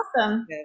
awesome